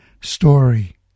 story